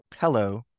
Hello